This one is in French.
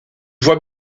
vois